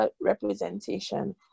representation